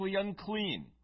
unclean